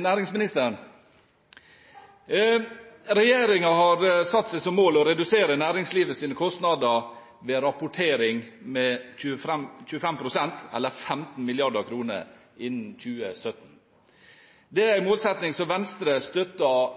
næringsministeren. Regjeringen har satt seg som mål å redusere næringslivets kostnader ved rapportering med 25 pst., eller 15 mrd. kr, innen 2017. Det er en målsetting som Venstre støtter